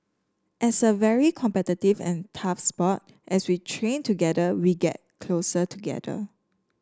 as a very competitive and tough sport as we train together we get closer together